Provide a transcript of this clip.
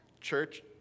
Church